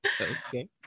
Okay